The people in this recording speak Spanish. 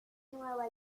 nueva